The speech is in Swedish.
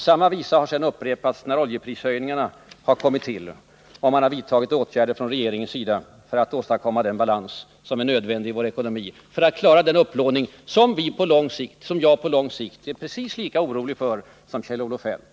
Samma visa upprepades sedan då oljeprishöjningarna kom och regeringen vidtog åtgärder för att åstadkomma den balans som är nödvändig i vår ekonomi för att klara den upplåning som jag, på lång sikt, är precis lika orolig för som Kjell-Olof Feldt.